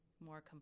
more